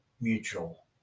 mutual